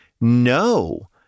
no